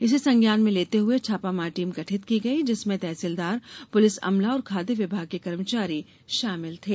इसे संज्ञान में लेते हुए छापामार टीम गठित की गई जिसमें तहसीलदार पुलिस अमला और खाद्य विभाग के कर्मचारी शामिल थे